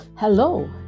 Hello